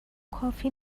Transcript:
کافی